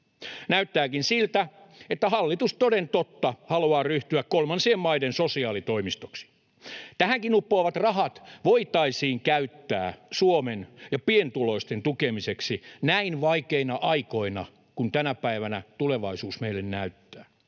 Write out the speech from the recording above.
Näyttääkin siltä, että hallitus toden totta haluaa ryhtyä kolmansien maiden sosiaalitoimistoksi. Tähänkin uppoavat rahat voitaisiin käyttää Suomen ja pienituloisten tukemiseksi näin vaikeina aikoina kuin tänä päivänä tulevaisuus meille näyttää.